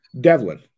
Devlin